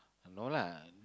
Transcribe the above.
no lah